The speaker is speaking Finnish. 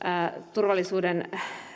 turvallisuuden